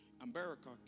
America